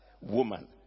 woman